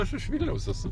aš iš vilniaus esu